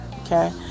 okay